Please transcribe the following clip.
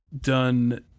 done